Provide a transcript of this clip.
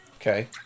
Okay